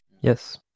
Yes